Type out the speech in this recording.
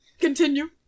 Continue